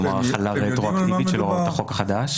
כלומר החלה רטרואקטיבית של הוראות החוק החדש?